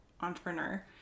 entrepreneur